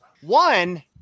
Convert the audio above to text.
One